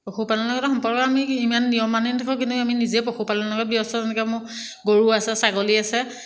পশুপালনৰ সম্পৰ্কত আমি ইমান নিয়ম মানি নাথাকোঁ কিন্তু আমি নিজেই পশুপালনৰ লগত ব্যস্ত যেনেকৈ মোৰ গৰু আছে ছাগলী আছে